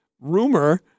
rumor